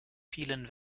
vielen